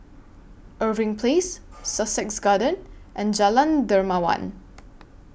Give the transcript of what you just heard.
Irving Place Sussex Garden and Jalan Dermawan